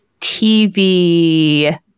TV